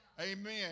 Amen